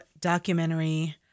documentary